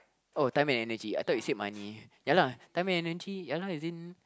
oh time and energy I thought you said money ya lah time and energy ya lah as in